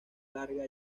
larga